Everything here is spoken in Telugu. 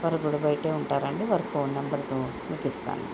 వారు గుడి బయటే ఉంటారండి వారి ఫోన్ నెంబర్లు మీకిస్తాను అండి